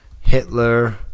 Hitler